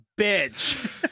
bitch